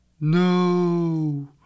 No